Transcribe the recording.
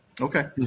Okay